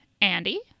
Andy